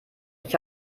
ich